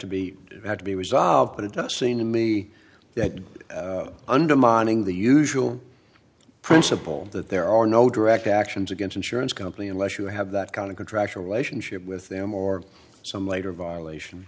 to be have to be resolved but it does seem to me that undermining the usual principle that there are no direct actions against insurance company unless you have that kind of contractual relationship with them or some later violation